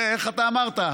איך אתה אמרת?